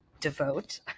devote